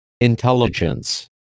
Intelligence